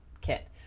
kit